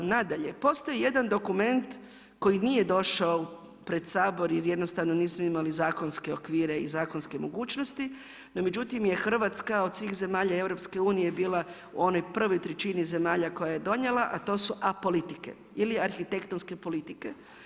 Nadalje, postoji jedan dokument koji nije došao pred Sabor jer jednostavno nismo imali zakonske okvire i zakonske mogućnosti, no međutim je Hrvatska od svih zemalja EU bila u onoj prvoj trećini zemalja koja je donijela a to su apolitike ili arhitektonske politike.